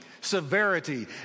severity